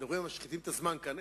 משחיתים את הזמן כאן.